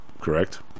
correct